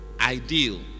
ideal